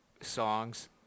songs